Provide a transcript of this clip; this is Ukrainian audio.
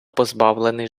позбавлений